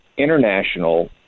international